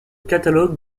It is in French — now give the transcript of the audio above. catalogue